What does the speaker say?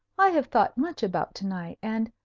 i have thought much about to-night and,